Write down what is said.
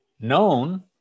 known